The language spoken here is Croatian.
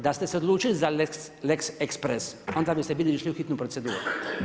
Da ste se odlučili za lex express, onda biste bili išli u hitnu proceduru.